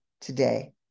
today